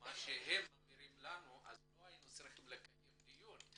מה שהם מעבירים לנו לא היינו צריכים לקיים דיון.